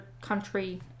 country